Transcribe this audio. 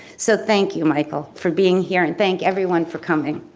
so thank you micheal for being here and thank everyone for coming.